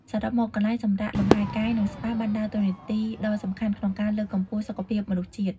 សរុបមក កន្លែងសម្រាកលំហែកាយ និងស្ប៉ាបានដើរតួនាទីដ៏សំខាន់ក្នុងការលើកកម្ពស់សុខភាពមនុស្សជាតិ។